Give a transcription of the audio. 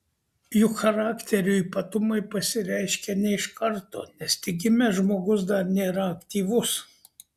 juk charakterio ypatumai pasireiškia ne iš karto nes tik gimęs žmogus dar nėra aktyvus